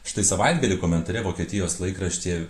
štai savaitgalį komentare vokietijos laikrašty